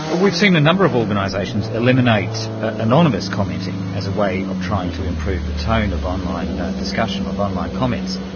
and we've seen a number of organisations eliminate anonymous commenting as a way of trying to improve the tone of online discussion, of online comments.